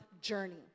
journey